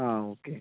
ആ ഓക്കേ